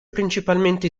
principalmente